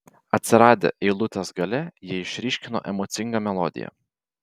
atsiradę eilutės gale jie išryškina emocingą melodiją